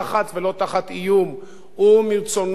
הוא מרצונו בוחר לבוא ולהתריע.